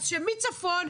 אז שמצפון,